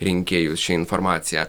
rinkėjus ši informacija